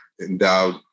endowed